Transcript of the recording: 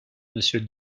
monsieur